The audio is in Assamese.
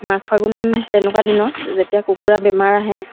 সময় দিব পৰা নাছিলোঁ তাৰপিছত যেতিয়া মোক